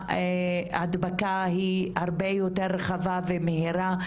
שההדבקה היא הרבה יותר רחבה ומהירה,